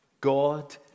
God